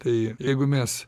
tai jeigu mes